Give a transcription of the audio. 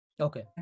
Okay